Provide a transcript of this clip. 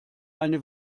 eine